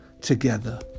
together